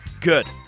good